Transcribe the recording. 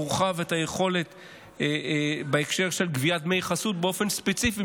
והורחבה היכולת בהקשר של גביית דמי חסות באופן ספציפי,